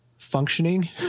Functioning